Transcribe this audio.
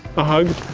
a hug?